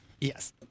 Yes